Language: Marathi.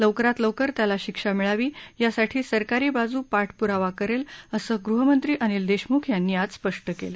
लवकरात लवकर त्याला शिक्षा मिळावी यासाठी सरकारी बाजू पाठपूरावा करेल असं ग़हमंत्री अनिल देशमुख यांनी आज स्पष्ट केलं